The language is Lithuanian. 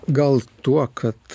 gal tuo kad